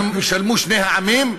ישלמו שני העמים,